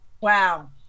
wow